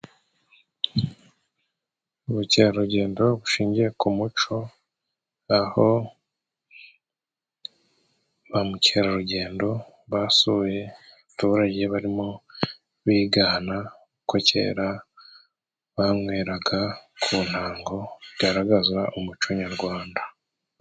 Ubukerarugendo bushingiye ku muco, aho ba Mukerarugendo basuye abaturage, barimo bigana ko kera banyweraga ku ntango bigaragaza umuco nyarwanda.